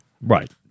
Right